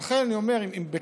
לכן אני אומר בכאב: